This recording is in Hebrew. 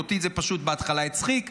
אותי זה פשוט הצחיק בהתחלה,